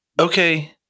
Okay